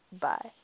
bye